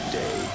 day